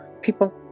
people